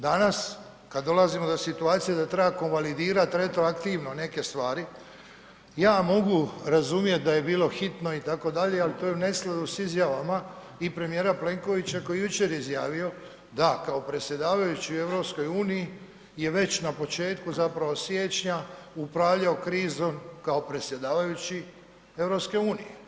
Danas kada dolazimo do situacije da treba konvalidirat retroaktivno neke stvari ja mogu razumjet da je bilo hitno itd., ali to je u neskladu s izjavama i premijera Plenkovića koji je jučer izjavio da kao predsjedavajući u EU je već na početku siječnja upravljao krizom kao predsjedavajući EU.